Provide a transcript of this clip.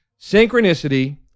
synchronicity